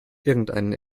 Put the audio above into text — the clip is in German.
irgendeinen